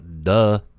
duh